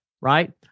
right